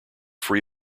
free